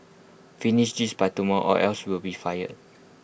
finish this by tomorrow or else you'll be fired